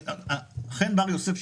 חן בר יוסף,